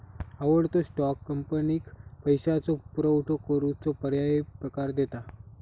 आवडतो स्टॉक, कंपनीक पैशाचो पुरवठो करूचो पर्यायी प्रकार दिता